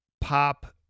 pop